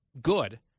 good